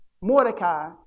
Mordecai